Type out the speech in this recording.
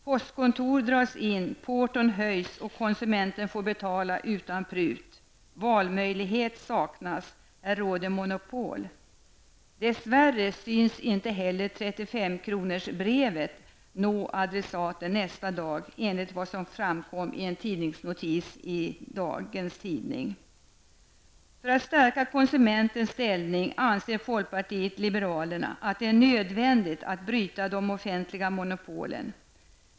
Postkontor dras in, porton höjs och konsumenten får betala utan prut -- valmöjlighet saknas, här råder monopol. Dess värre syns inte heller 35-kronorsbrevet nå adressaten nästa dag efter vad som framkom i en tidningsnotis i dag. För att stärka konsumentens ställning anser folkpartiet liberalerna att det är nödvändigt att bryta de offentliga monopolen.